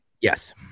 Yes